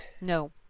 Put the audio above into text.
No